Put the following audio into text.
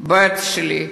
הבת שלי,